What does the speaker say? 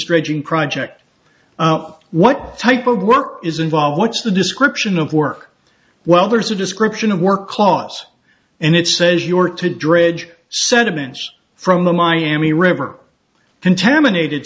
dredging project what type of work is involved what's the description of work well there's a description of work loss and it says you were to dredge sediments from the miami river contaminated